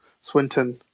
swinton